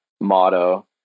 motto